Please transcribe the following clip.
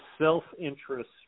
self-interest